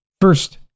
First